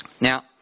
Now